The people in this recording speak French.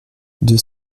deux